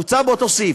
הוצע באותו סעיף,